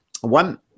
one